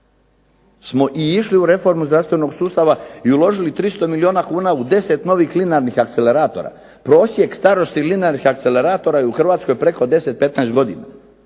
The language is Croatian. smo i išli u reformu zdravstvenog sustava i uložili 300 milijuna kuna u 10 novih linearnih akceleratora. Prosjek starosti linearnih akceleratora je u Hrvatskoj preko 10, 15 godina